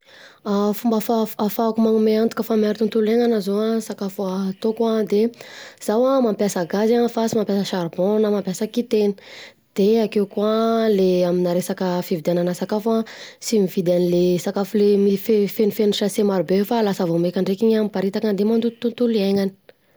Fomba fa afahako manome antoka fa miaro tontolo hiainana zao an ny sakafo ataoko de zaho ana mapiasa gazy fa tsy mapiaa saribao an: na mampiasa kitaina, de akeo koa le aminà resaka fividianana sakafo an, tsy mividy anle sakafo le mife, fenofeno sasé marobe fa lasa vao mainka ndreka iny an, miparitaka de mandoto tontolo iainana.